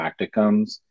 practicums